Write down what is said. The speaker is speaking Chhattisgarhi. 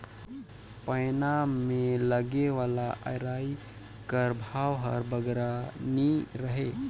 पैना मे लगे वाला अरई कर भाव हर बगरा नी रहें